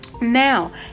now